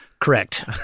Correct